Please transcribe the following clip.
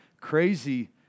crazy